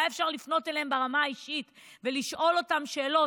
היה אפשר לפנות אליהם ברמה האישית ולשאול אותם שאלות,